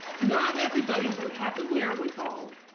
not everybody would have the wherewithal